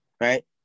right